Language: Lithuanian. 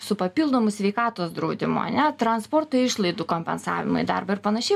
su papildomu sveikatos draudimu ane transporto išlaidų kompensavimą į darbą ir panašiai